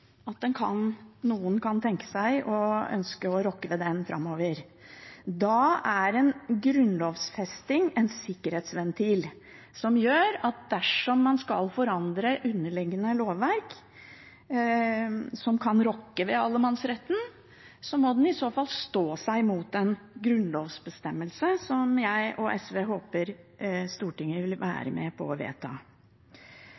at noen kan ønske å rokke ved den framover. Da er en grunnlovfesting en sikkerhetsventil som gjør at dersom man skal forandre underliggende lovverk som kan rokke ved allemannsretten, må det i så fall stå seg mot en grunnlovsbestemmelse som jeg og SV håper Stortinget vil